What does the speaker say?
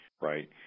right